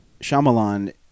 Shyamalan